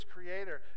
Creator